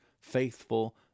faithful